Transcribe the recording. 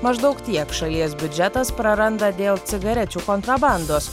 maždaug tiek šalies biudžetas praranda dėl cigarečių kontrabandos